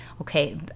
Okay